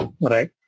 right